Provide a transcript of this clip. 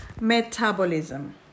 Metabolism